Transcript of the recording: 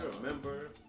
remember